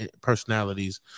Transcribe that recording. personalities